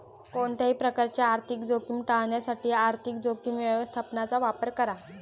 कोणत्याही प्रकारची आर्थिक जोखीम टाळण्यासाठी आर्थिक जोखीम व्यवस्थापनाचा वापर करा